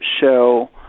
show